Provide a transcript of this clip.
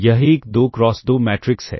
यह एक 2 cross 2 matrix है